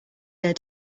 their